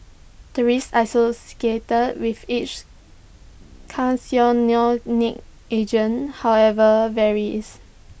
the risk with each agent however varies